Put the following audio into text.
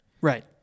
Right